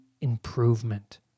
improvement